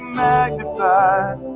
magnified